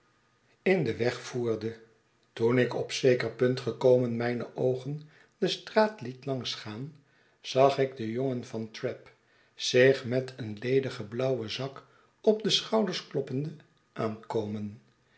in den weg voerde toen ik op zeker punt gekomen mijne oogen de straat liet langs gaan zag ik den jongen van trabb zich met een ledigen blauwenzakopde schouders kloppende aankomen